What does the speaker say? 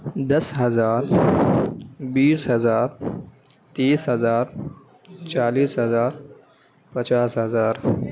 دس ہزار بیس ہزار تیس ہزار چالیس ہزار پچاس ہزار